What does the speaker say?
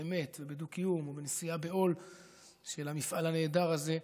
אמת ובדו-קיום ובנשיאה בעול של המפעל הנהדר הזה,